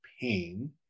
pain